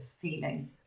feeling